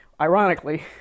Ironically